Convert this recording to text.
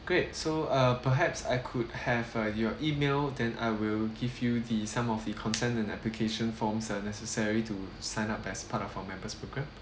great so uh perhaps I could have uh your email then I will give you the some of the consent and application forms uh necessary to sign up as part of our members programme